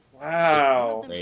Wow